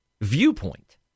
viewpoint